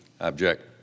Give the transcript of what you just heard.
Object